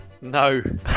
No